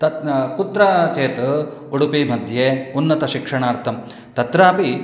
तत् कुत्र चेत् उडुपि मध्ये उन्नतशिक्षणार्थं तत्रापि